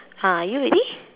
are you ready